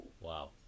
Wow